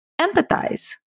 empathize